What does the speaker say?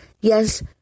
Yes